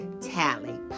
tally